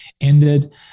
ended